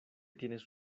tienes